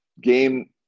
game